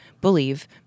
believe